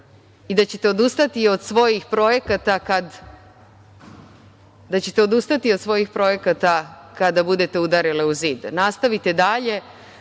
i da ćete odustati od svojih projekata kada budete udarile u zid. Nastavite dalje,